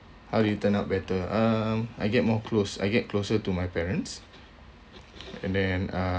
how did it turn out better um I get more close I get closer to my parents and then uh